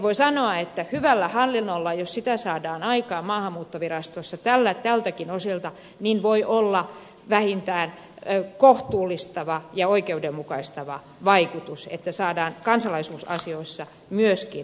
voi sanoa että hyvällä hallinnolla jos sitä saadaan aikaan maahanmuuttovirastossa tältäkin osin voi olla vähintään kohtuullistava ja oikeudenmukaistava vaikutus niin että saadaan kansalaisuusasioissa myöskin nopeampi käsittely